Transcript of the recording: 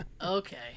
okay